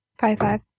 Five-five